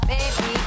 Baby